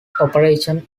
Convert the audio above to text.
operation